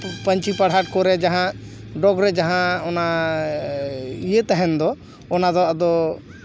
ᱯᱟᱹᱧᱪᱤ ᱯᱟᱨᱦᱟᱴ ᱠᱚᱨᱮ ᱡᱟᱦᱟᱸ ᱰᱚᱜᱽ ᱨᱮ ᱡᱟᱦᱟᱸ ᱚᱱᱟ ᱤᱭᱟᱹ ᱛᱟᱦᱮᱱ ᱫᱚ ᱚᱱᱟ ᱫᱚ ᱟᱫᱚ